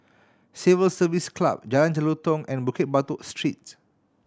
Civil Service Club Jalan Jelutong and Bukit Batok Street